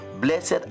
Blessed